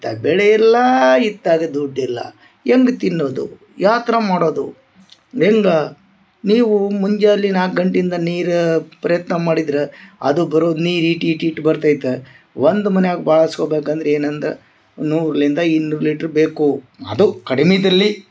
ಇತ್ತಾಗ ಬೆಳಿಯಿಲ್ಲಾ ಇತ್ತಾಗ ದುಡ್ಡಿಲ್ಲ ಹೆಂಗ್ ತಿನ್ನುದು ಯಾ ಥರ ಮಾಡೋದು ಮುಂದ ನೀವು ಮುಂಜಾಲಿ ನಾಲ್ಕು ಗಂಟೆಯಿಂದ ನೀರು ಪ್ರಯತ್ನ ಮಾಡಿದ್ರ ಅದು ಬರೋದು ನೀರು ಈಟ್ ಈಟ್ ಈಟ್ ಬರ್ತೈತ ಒಂದು ಮನೆಯಾಗ ಬಳಸ್ಕೊಬೇಕು ಅಂದ್ರ ಏನಂದ ನೂರ್ಲಿಂದ ಇನ್ನೂರು ಲೀಟ್ರ್ ಬೇಕು ಅದು ಕಡಿಮೆದಲ್ಲಿ